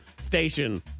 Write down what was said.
station